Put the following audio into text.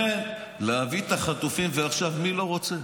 להביא את החטופים ועכשיו, מי לא רוצה?